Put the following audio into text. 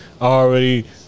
already